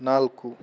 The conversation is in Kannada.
ನಾಲ್ಕು